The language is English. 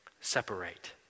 separate